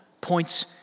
points